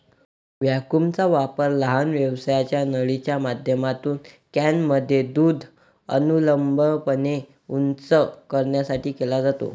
व्हॅक्यूमचा वापर लहान व्यासाच्या नळीच्या माध्यमातून कॅनमध्ये दूध अनुलंबपणे उंच करण्यासाठी केला जातो